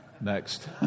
next